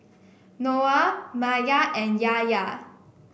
Noah Maya and Yahya